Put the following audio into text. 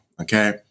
Okay